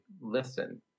listen